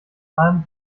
time